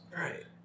Right